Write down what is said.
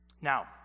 Now